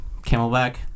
Camelback